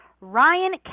Ryan